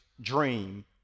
dream